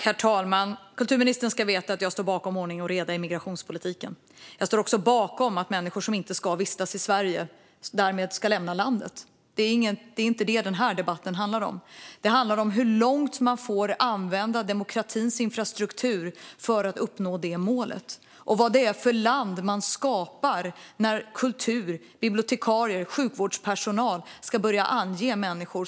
Herr talman! Kulturministern ska veta att jag står bakom ordning och reda i migrationspolitiken. Jag står därmed också bakom att människor som inte ska vistas i Sverige ska lämna landet. Det är inte detta som den här debatten handlar om. Den handlar om hur långt man får använda demokratins infrastruktur för att uppnå det målet och vad det är för land man skapar när kulturarbetare, bibliotekarier och sjukvårdspersonal ska börja ange människor.